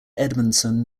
edmondson